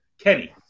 Kenny